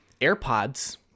AirPods